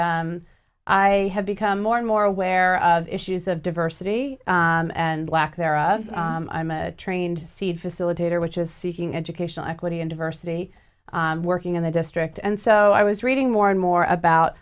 i have become more and more aware of issues of diversity and lack thereof i'm a trained seed facilitator which is seeking educational equity and diversity working in the district and so i was reading more and more